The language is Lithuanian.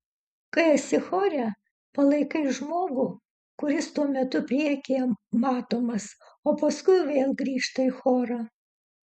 kai esi chore palaikai žmogų kuris tuo metu priekyje matomas o paskui vėl grįžta į chorą